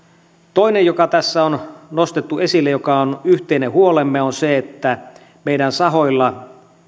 toinen joka tässä on nostettu esille joka on yhteinen huolemme on se että meidän sahoilla